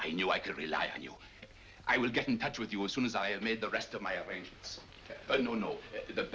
i knew i could rely on you i will get in touch with you as soon as i have made the rest of my